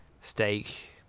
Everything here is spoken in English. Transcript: Steak